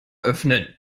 öffnen